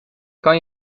kan